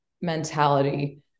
mentality